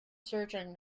searching